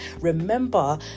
Remember